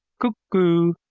cuck oo!